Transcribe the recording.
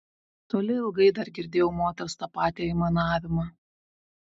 toli ilgai dar girdėjau moters tą patį aimanavimą